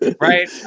right